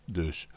dus